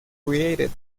created